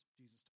Jesus